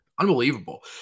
Unbelievable